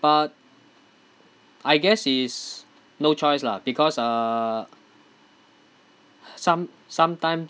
but I guess it's no choice lah because uh some sometime